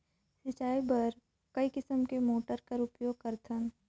सिंचाई बर कई किसम के मोटर कर उपयोग करथन?